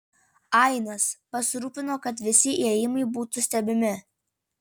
ainas pasirūpino kad visi įėjimai būtų stebimi